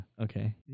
okay